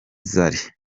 zari